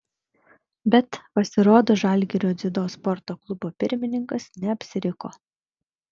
bet pasirodo žalgirio dziudo sporto klubo pirmininkas neapsiriko